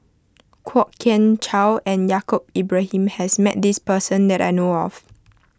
Kwok Kian Chow and Yaacob Ibrahim has met this person that I know of